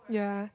yeah